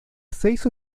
seis